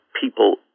people